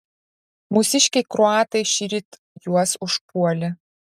mūsiškiai kroatai šįryt juos užpuolė